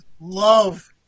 love